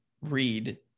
read